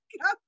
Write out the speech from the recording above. come